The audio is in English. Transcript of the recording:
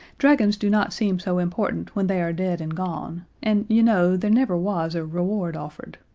dragons do not seem so important when they are dead and gone, and, you know, there never was a reward offered.